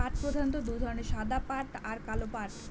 পাট প্রধানত দু ধরনের সাদা পাট আর কালো পাট